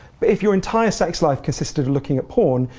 but if you're entire sex life consists of looking at porn,